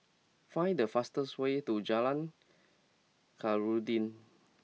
find the fastest way to Jalan Khairuddin